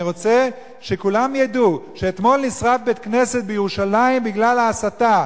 אני רוצה שכולם ידעו שאתמול נשרף בית-כנסת בירושלים בגלל ההסתה,